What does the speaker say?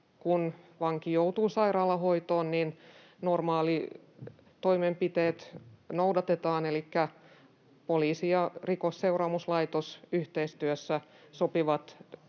kun vanki joutuu sairaalahoitoon, noudatetaan normaalitoimenpiteitä, elikkä poliisi ja Rikosseuraamuslaitos yhteistyössä sopivat